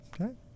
Okay